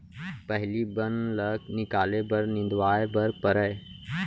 पहिली बन ल निकाले बर निंदवाए बर परय